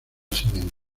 siguiente